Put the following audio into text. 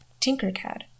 tinkercad